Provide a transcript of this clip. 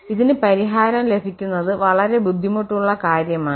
ഇതിന് പരിഹാരം ലഭിക്കുന്നത് വളരെ ബുദ്ധിമുട്ടുള്ള കാര്യമാണ്